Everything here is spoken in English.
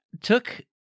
took